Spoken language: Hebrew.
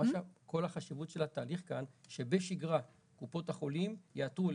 כל החשיבות של התהליך כאן שבשגרה קופות החולים יאתרו.